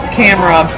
camera